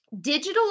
digital